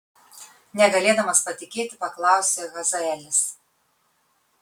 negalėdamas patikėti paklausė hazaelis